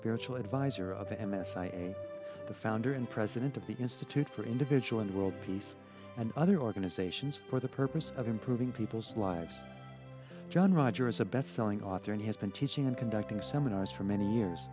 spiritual adviser of m s i the founder and president of the institute for individual and world peace and other organizations for the purpose of improving people's lives john roger is a bestselling author and he has been teaching in conducting seminars for many years